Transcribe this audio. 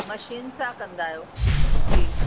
machine सां कंदा आहियो जी